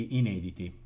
inediti